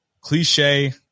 cliche